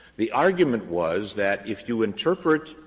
the argument was that if you interpret